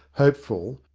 hopeful,